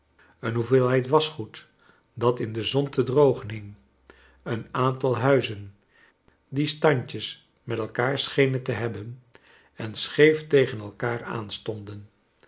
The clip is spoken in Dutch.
een hoeveelheid waschgoed dat in de zon te drogen hing een aantal huizen die standjes met elkaar schenen te hebben en scheef tegen elkaar aan stonden